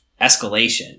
escalation